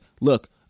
look